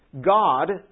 God